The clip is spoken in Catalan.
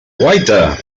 guaita